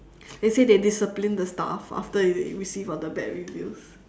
they say they disciplined the staff after they received all the bad reviews